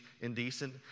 indecent